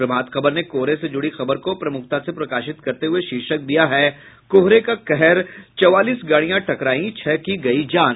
प्रभात खबर ने कोहरे से जुड़ी खबर को प्रमुखता से प्रकाशित करते हुये शीर्षक दिया है कोहरे का कहर चौवालीस गाड़ियां टकरायीं छह की गयी जान